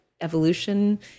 evolution